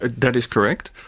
ah that is correct,